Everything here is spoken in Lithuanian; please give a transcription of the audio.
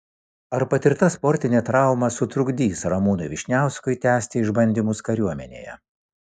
ar patirta sportinė trauma sutrukdys ramūnui vyšniauskui tęsti išbandymus kariuomenėje